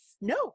no